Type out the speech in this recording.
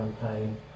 campaign